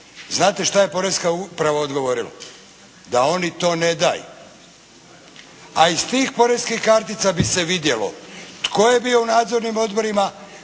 Znate šta je Poreska uprava odgovorila? Da oni to ne daju. A iz tih poreskih kartica bi se vidjelo tko je bio u nadzornim odborima,